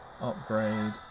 upgrade